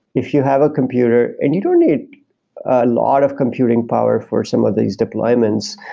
if you have a computer and you don't need a lot of computing power for some of these deployments,